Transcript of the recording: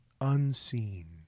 unseen